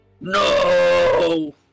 No